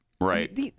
right